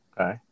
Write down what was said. Okay